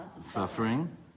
Suffering